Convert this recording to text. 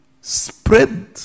spread